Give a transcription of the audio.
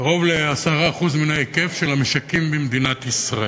קרוב ל-10% מההיקף של המשקים במדינת ישראל,